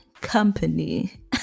company